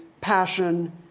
passion